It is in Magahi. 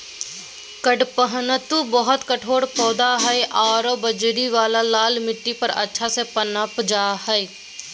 कडपहनुत बहुत कठोर पौधा हइ आरो बजरी वाला लाल मिट्टी पर अच्छा से पनप जा हइ